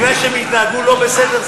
מכיוון שהם התנהגו לא בסדר,